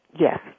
Yes